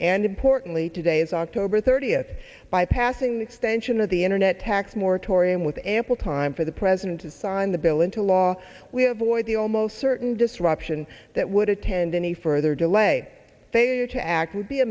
and importantly today is october thirtieth by passing the extension of the internet tax moratorium with ample time for the president to sign the bill into law we have void the almost certain disruption that would attend any further delay failure to act would be a